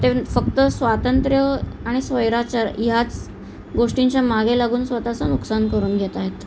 ते न् फक्त स्वातंत्र्य आणि स्वैराचार ह्याच गोष्टींच्या मागे लागून स्वतःचं नुकसान करून घेत आहेत